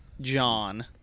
John